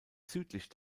südlich